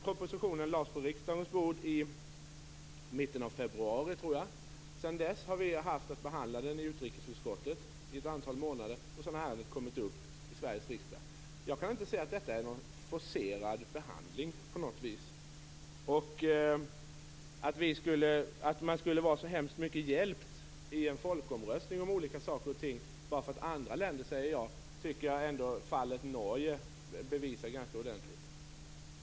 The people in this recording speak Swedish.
Propositionen lades fram på riksdagens bord i mitten av februari. Sedan dessa har vi behandlat den i utrikesutskottet. Sedan har ärendet kommit upp i kammaren i Sveriges riksdag. Jag kan inte se att det har varit fråga om någon forcerad behandling. Jag tycker att fallet Norge bevisar att man inte skulle vara särskilt hjälpt i en folkomröstning bara för att andra länder har sagt ja.